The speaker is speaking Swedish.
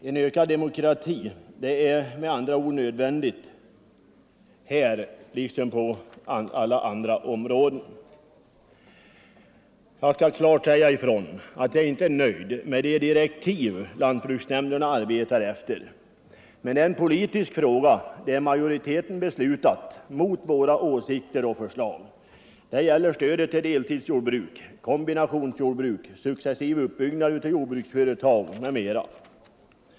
En ökad demokrati är med andra ord nödvändig här liksom på alla andra områden. Jag skall klart säga ifrån att jag inte är nöjd med de direktiv lantbruksnämnderna arbetar efter, men det var en politisk fråga där majoriteten beslutade mot våra åsikter och förslag. Det gäller stödet till deltidsjordbruk, kombinationsjordbruk, successiv uppbyggnad av jordbruksföretag m.m.